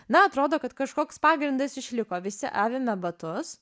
na atrodo kad kažkoks pagrindas išliko visi avime batus